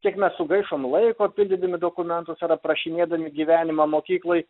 kiek mes sugaišom laiko pildydami dokumentus ar aprašinėdami gyvenimą mokykloj